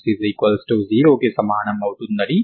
w స్థిరాంకం అవ్వాలి కాబట్టి ప్రాథమికంగా wxt స్థిరాంకం అవ్వాలి